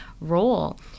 role